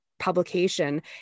publication